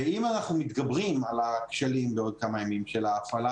אם אנחנו מתגברים על הכשלים בעוד כמה ימים של ההפעלה